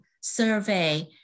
survey